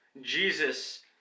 Jesus